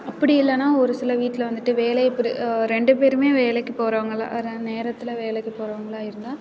அப்படி இல்லைன்னா ஒரு சில வீட்டில் வந்துட்டு வேலையை ரெண்டு பேரும் வேலைக்கு போகிறவங்களா நேரத்தில் வேலைக்கு போகிறவங்களா இருந்தால்